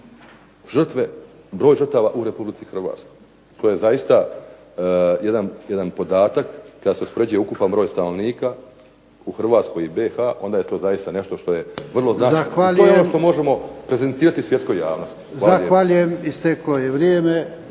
žrtve kao broj žrtava u Republici Hrvatskoj. To je zaista jedan podatak kada se uspoređuje ukupan broj stanovnika u Hrvatskoj i BiH ona je to zaista nešto što je vrlo .../Govornik se ne razumije./... i to je ono što možemo prezentirati svjetskoj javnosti. **Jarnjak,